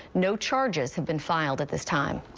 no charges have been filed at this time.